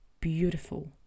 beautiful